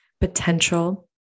potential